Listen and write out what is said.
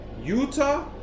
Utah